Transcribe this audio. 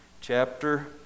chapter